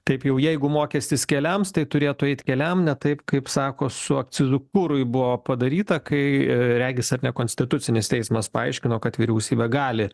taip jau jeigu mokestis keliams tai turėtų eit keliam ne taip kaip sako su akcizu kurui buvo padaryta kai regis ar ne konstitucinis teismas paaiškino kad vyriausybė gali